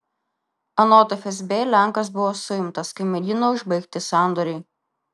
anot fsb lenkas buvo suimtas kai mėgino užbaigti sandorį